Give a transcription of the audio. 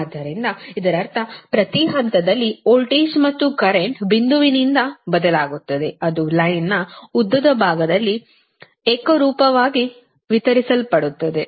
ಆದ್ದರಿಂದ ಇದರರ್ಥ ಪ್ರತಿ ಹಂತದಲ್ಲಿ ವೋಲ್ಟೇಜ್ ಮತ್ತು ಕರೆಂಟ್ ಬಿಂದುವಿನಿಂದ ಬದಲಾಗುತ್ತದೆ ಅದು ಲೈನ್ ನ್ ಉದ್ದದ ಭಾಗದಲ್ಲಿ ಏಕರೂಪವಾಗಿ ವಿತರಿಸಲ್ಪಡುತ್ತದೆ